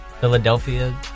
Philadelphia